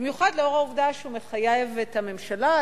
במיוחד לאור העובדה שהוא מחייב את הממשלה,